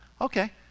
Okay